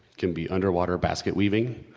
can be underwater basket-weaving.